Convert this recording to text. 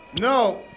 No